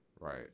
Right